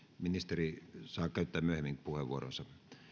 ministeri saa käyttää myöhemmin puheenvuoronsa